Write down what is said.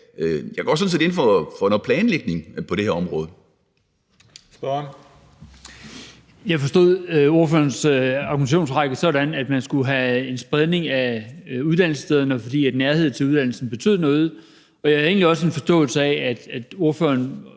formand (Christian Juhl): Spørgeren. Kl. 18:41 Kristian Jensen (V): Jeg forstod ordførerens argumentationsrække sådan, at man skulle have en spredning af uddannelsesstederne, fordi nærhed til uddannelsen betød noget, og jeg havde egentlig også en forståelse af, at ordføreren